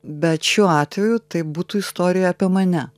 bet šiuo atveju tai būtų istorija apie mane